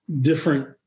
different